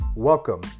Welcome